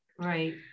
Right